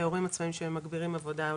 להורים עצמאיים שמגבירים עבודה,